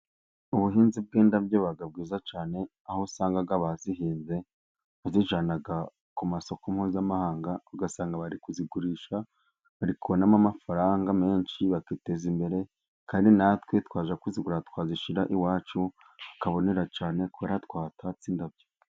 Ubuhinzi bw'indabyo buba bwiza cyane, aho usanga abazihinze bazijyana ku masoko mpuzamahanga, ugasanga bari kuzigurisha bari kubonamo amafaranga menshi bakiteza imbere, kandi na twe twajya kuzigura twazishyira iwacu hakabonera cyane kubera twatatse indabyo.